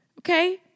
Okay